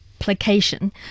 application